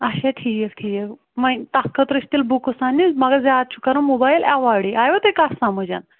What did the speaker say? اچھا ٹھٖیک ٹھیٖک وۅنۍ تتھ خٲطرٕ چھُ تیٚلہِ بُکٕس اننہِ مگر زیادٕ چھُ کرُن موبایِل ایٚوایڈٕے آیوا تۅہہِ کتھ سمٕجھ